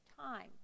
time